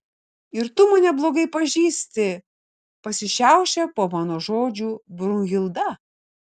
ir tu mane blogai pažįsti pasišiaušia po mano žodžių brunhilda